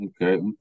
Okay